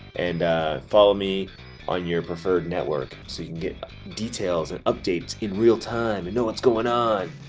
and follow me on your preferred network so you can get details and updates in real time and know what's going on.